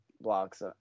blocks